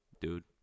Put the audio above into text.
dude